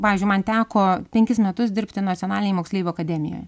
pavyzdžiui man teko penkis metus dirbti nacionalinėj moksleivių akademijoj